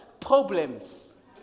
Problems